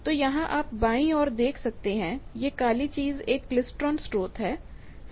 तो यहाँ आप बाईं ओर देख सकते हैं कि यह काली चीज़ एक क्लेस्ट्रॉन स्रोत है